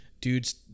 dudes